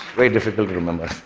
very difficult to remember.